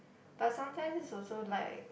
but sometimes this also like